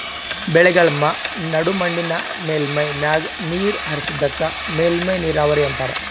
ಬೆಳೆಗಳ್ಮ ನಡು ಮಣ್ಣಿನ್ ಮೇಲ್ಮೈ ಮ್ಯಾಗ ನೀರ್ ಹರಿಸದಕ್ಕ ಮೇಲ್ಮೈ ನೀರಾವರಿ ಅಂತಾರಾ